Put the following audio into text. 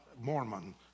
Mormon